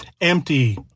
Empty